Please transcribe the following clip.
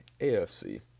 AFC